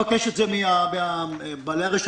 למה אתה לא מבקש את זה מבעלי הרשויות,